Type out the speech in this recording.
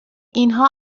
اینها